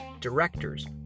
directors